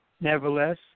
Nevertheless